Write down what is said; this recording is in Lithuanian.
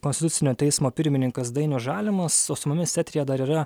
konstitucinio teismo pirmininkas dainius žalimas o su mumis eteryje dar yra